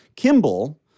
Kimball